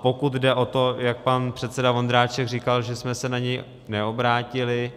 A pokud jde o to, jak pan předseda Vondráček říkal, že jsme se na něj neobrátili,